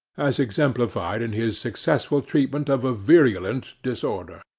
as exemplified in his successful treatment of a virulent disorder.